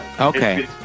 Okay